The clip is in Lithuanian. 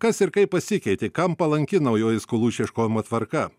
kas ir kaip pasikeitė kam palanki naujoji skolų išieškojimo tvarka